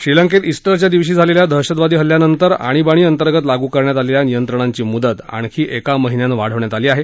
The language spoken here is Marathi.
श्रीलंकेत इस्विच्या दिवशी झालेल्या दहशतवादी हल्ल्यानंतर आणीबाणीअंतर्गत लागू करण्यात आलेल्या नियंत्रणांची मुदत आणखी एका महिन्यानं वाढवण्यात आली आहे